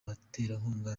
baterankunga